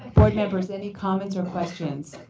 board members any comments or questions.